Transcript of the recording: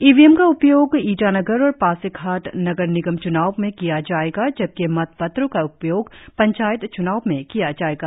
ई V M का उपयोग ईटानगर और पासीघाट नगर निगम च्नाव में किया जाएगा जबकि मतपत्रों का उपयोग पंचायत च्नाव में किया जाएगा